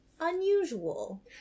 unusual